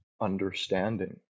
understanding